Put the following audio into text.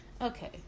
Okay